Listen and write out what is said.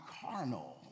carnal